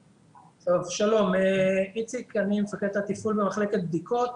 שלום, אני מפקד התפעול במחלקת הבדיקות.